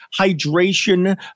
hydration